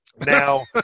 Now